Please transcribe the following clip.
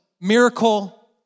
Miracle